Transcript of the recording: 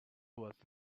was